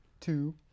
Two